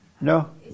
No